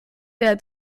der